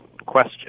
question